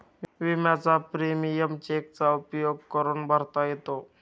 विम्याचा प्रीमियम चेकचा उपयोग करून भरता येतो